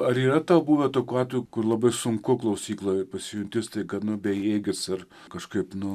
ar yra tau buvę tokių atvejų kur labai sunku klausykloje pasijunti staiga nu bejėgis ar kažkaip nu